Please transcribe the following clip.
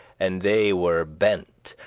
and they were bent,